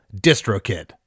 DistroKid